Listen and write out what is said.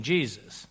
Jesus